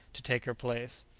to take her place.